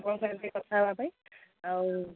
ଆପଣଙ୍କ ସାଙ୍ଗରେ ଟିକେ କଥା ହେବା ପାଇଁ ଆଉ